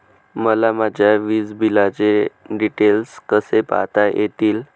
मला माझ्या वीजबिलाचे डिटेल्स कसे पाहता येतील?